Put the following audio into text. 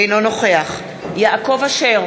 אינו נוכח יעקב אשר,